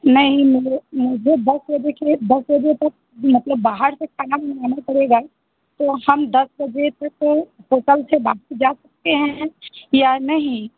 नहीं मुझे नहीं मुझे दस बजे के लिए दस बजे तक मतलब बाहर से खाना मंगाना पड़ेगा तो हम दस बजे तो होटल से बाहर जा सकते हैं या नहीं